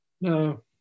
No